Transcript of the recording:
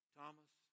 Thomas